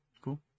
cool